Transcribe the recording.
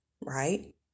Right